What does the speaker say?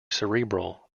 cerebral